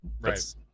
right